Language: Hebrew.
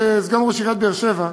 כסגן ראש עיריית באר-שבע,